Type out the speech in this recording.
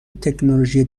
تکنولوژی